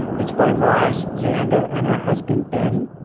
it's by roz zander and her husband ben,